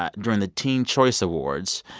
ah during the teen choice awards,